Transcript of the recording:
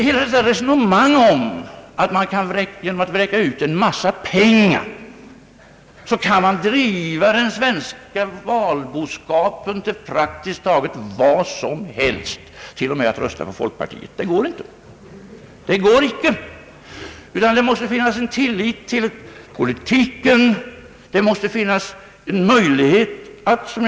Hela detta resonemang om att man genom att vräka ut en massa pengar kan driva »den svenska valboskapen» till praktiskt vad som helst — till och med att rösta på folkpartiet — det håller inte. Vad som måste finnas är en tillit till politiken och en möjlighet att skapa något av en folkrörelse.